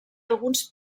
alguns